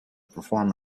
perform